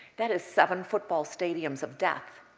that is seven football stadiums of death.